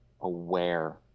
aware